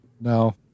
no